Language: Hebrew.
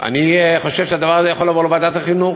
אני חושב שהדבר הזה יכול לעבור לוועדת החינוך.